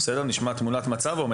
נשמע תמונת מצב.